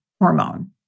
hormone